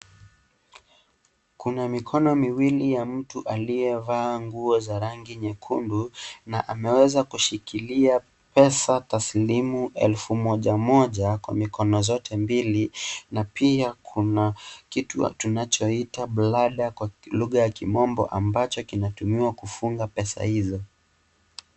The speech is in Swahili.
Kuna mikono miwili ya mtu aliyevaa nguo za rangi nyekundu na ameweza kushikilia pesa taslimu elfu moja moja kwa mikono zote mbili na pia kuna kitu tunachoita rubber band kwa lugha ya kimombo kinachotumiwa kufunga pesa hizo.